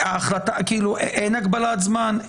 אין הגבלת זמן?